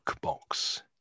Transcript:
box